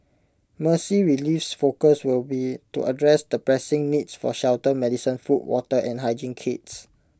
Mercy Relief's focus will be to address the pressing needs for shelter medicine food water and hygiene kits